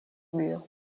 murs